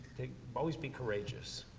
always be courageous,